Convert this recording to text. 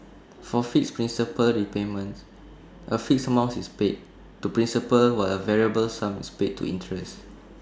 for fixed principal repayments A fixed amount is paid to principal while A variable sum is paid to interest